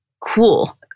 cool